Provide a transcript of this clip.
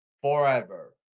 forever